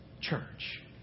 church